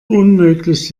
unmöglich